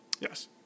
Yes